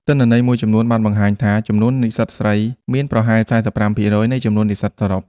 ទិន្នន័យមួយចំនួនបានបង្ហាញថា ចំនួននិស្សិតស្រីមានប្រហែល ៤៥% នៃចំនួននិស្សិតសរុប។